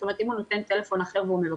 זאת אומרת אם הוא נותן מס' טלפון אחר ומבקש